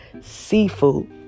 seafood